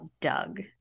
Doug